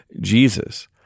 Jesus